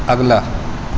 اگلا